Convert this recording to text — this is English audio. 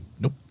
nope